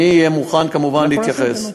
אהיה מוכן כמובן להתייחס.